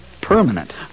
Permanent